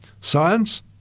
science